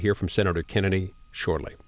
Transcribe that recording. to hear from senator kennedy shortly